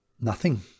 Nothing